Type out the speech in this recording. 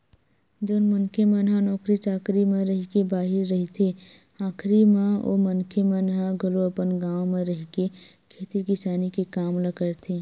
जउन मनखे मन ह नौकरी चाकरी म रहिके बाहिर रहिथे आखरी म ओ मनखे मन ह घलो अपन गाँव घर म रहिके खेती किसानी के काम ल करथे